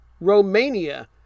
Romania